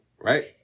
right